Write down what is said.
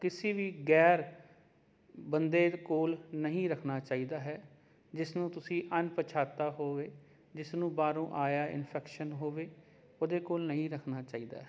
ਕਿਸੀ ਵੀ ਗੈਰ ਬੰਦੇ ਕੋਲ ਨਹੀਂ ਰੱਖਣਾ ਚਾਹੀਦਾ ਹੈ ਜਿਸ ਨੂੰ ਤੁਸੀਂ ਅਣਪਛਾਤਾ ਹੋਵੇ ਜਿਸ ਨੂੰ ਬਾਹਰੋਂ ਆਇਆ ਇਨਫੈਕਸ਼ਨ ਹੋਵੇ ਉਹਦੇ ਕੋਲ ਨਹੀਂ ਰੱਖਣਾ ਚਾਹੀਦਾ ਹੈ